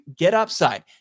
GetUpside